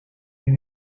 you